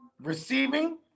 receiving